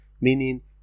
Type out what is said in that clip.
meaning